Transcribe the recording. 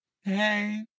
Hey